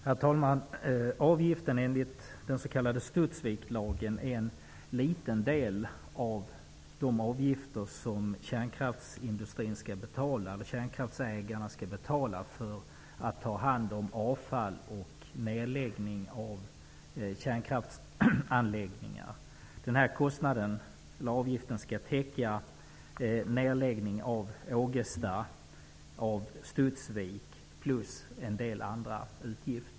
Herr talman! Avgiften i Studsvikslagen är en liten del av de avgifter som kärnkraftsägarna skall betala för att ta hand om avfall och genomföra nedläggningar av kärnkraftsanläggningar. Avgiften skall täcka nedläggningen av Ågesta och Studsvik plus en del andra utgifter.